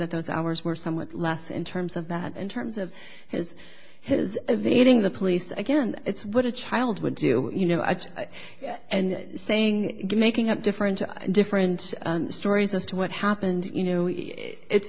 that those hours were somewhat less in terms of that in terms of his his evading the police again it's what a child would do you know and saying making up different different stories as to what happened you know it's